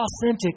authentic